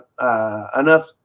enough